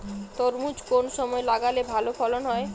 তরমুজ কোন সময় লাগালে ভালো ফলন হয়?